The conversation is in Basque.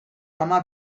ama